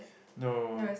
no